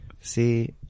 see